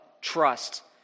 trust